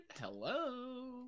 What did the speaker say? Hello